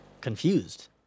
confused